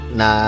na